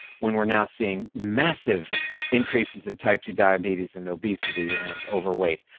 when we're now seeing massive increases in type two diabetes and obesity and overweight.